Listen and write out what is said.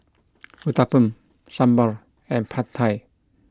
Uthapam Sambar and Pad Thai